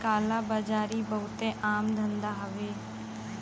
काला बाजारी बहुते आम धंधा हउवे